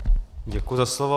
Děkuji za slovo.